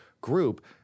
group—